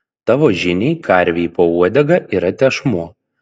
tavo žiniai karvei po uodega yra tešmuo